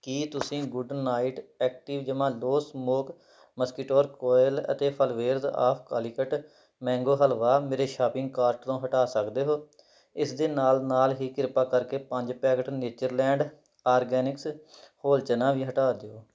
ਕੀ ਤੁਸੀਂ Good Knight active ਜਮਾਂ ਦੋ ਸਮੋਕ ਮਸਕੀਟੋਰ ਕੋਇਲ ਅਤੇ flavours of Calicut mango halwa ਮੇਰੇ ਸ਼ਾਪਿੰਗ ਕਾਰਟ ਤੋਂ ਹਟਾ ਸਕਦੇ ਹੋ ਇਸ ਦੇ ਨਾਲ ਨਾਲ ਹੀ ਕ੍ਰਿਪਾ ਕਰਕੇ ਪੰਜ ਪੈਕੇਟ ਨੇਚਰਲੈਂਡ ਆਰਗੈਨਿਕਸ ਹੋਲਚਨਾ ਵੀ ਹਟਾ ਦਿਓ